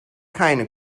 keine